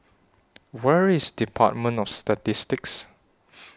Where IS department of Statistics